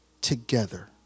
together